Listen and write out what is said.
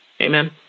Amen